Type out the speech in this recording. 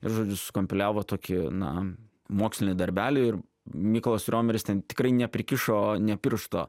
ir žodžiu sukompiliavo tokį na mokslinį darbelį ir mykolas riomeris ten tikrai neprikišo nė piršto